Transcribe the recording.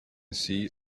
see